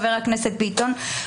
חבר הכנסת ביטן.